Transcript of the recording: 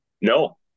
No